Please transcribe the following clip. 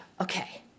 okay